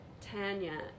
Tanya